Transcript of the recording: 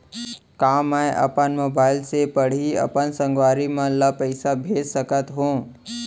का मैं अपन मोबाइल से पड़ही अपन संगवारी मन ल पइसा भेज सकत हो?